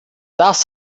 das